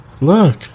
Look